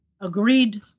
agreed